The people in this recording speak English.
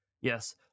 Yes